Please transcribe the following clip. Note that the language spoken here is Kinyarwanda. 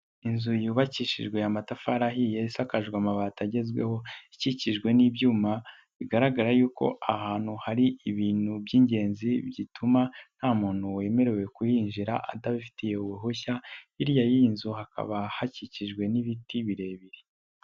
Inzu yubakishijwe amatafari ahiye, isakajwe amabati agezweho, ikikijwe n'ibyuma bigaragara yuko aha hantu hari ibintu by'ingenzi bituma nta muntu wemerewe kuyinjira atabifitiye uruhushya, hirya y'iyi nzu hakaba hakikijwe n'ibiti birebire.